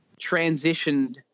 transitioned